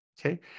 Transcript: Okay